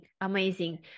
amazing